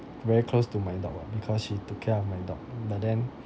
very close to my dog [what] because she took care of my dog but then